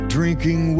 Drinking